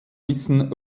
wissen